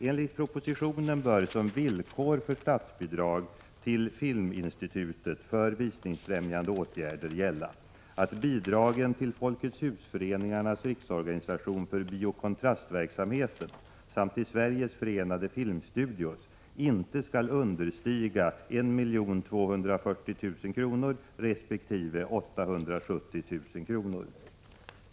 Enligt propositionen bör som villkor för statsbidrag till filminstitutet för visningsfrämjande åtgärder gälla att bidragen till Folkets hus-föreningarnas riksorganisation för Bio Kontrast-verksamheten samt till Sveriges Förenade Filmstudios inte skall understiga 1 240 000 kr. resp. 870 000 kr.